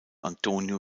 antonio